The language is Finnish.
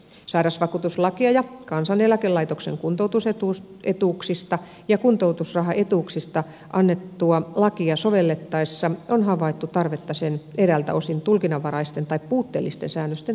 sairausvakuutuslakia ja kansaneläkelaitoksen kuntoutusetuuksista ja kuntoutusrahaetuuksista annettua lakia sovellettaessa on havaittu tarvetta sen eräiltä osin tulkinnanvaraisten tai puutteellisten säännösten tarkistamiseen